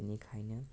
बिनिखायनो